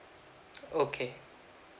okay